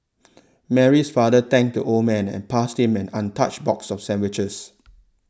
Mary's father thanked the old man and passed him an untouched box of sandwiches